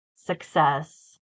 success